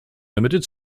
limited